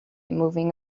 moving